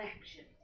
action